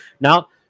now